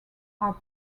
are